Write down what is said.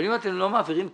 אבל אם אתם לא מעבירים פרטים,